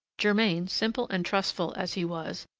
germain, simple and trustful as he was,